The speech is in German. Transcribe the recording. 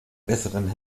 besseren